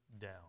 down